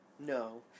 No